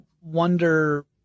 wonder